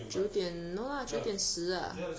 九点 no lah 九点十 uh